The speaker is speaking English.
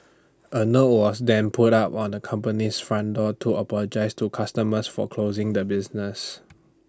A note was then put up on the company's front door to apologise to customers for closing the business